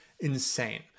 insane